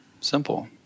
simple